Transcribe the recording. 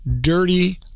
dirty